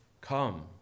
come